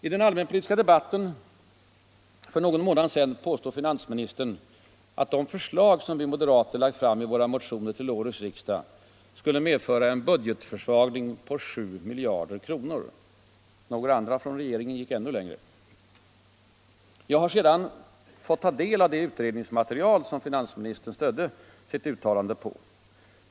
I den allmänpolitiska debatten för någon månad sedan påstod finansministern att de förslag som vi moderater lagt fram i våra motioner till årets riksdag skulle medföra en budgetförsvagning på 7 miljarder kronor. Några andra från regeringen gick ännu längre. Jag har senare fått ta del av det utredningsmaterial som han stödde sitt uttalande på.